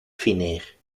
fineer